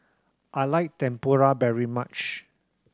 I like Tempura very much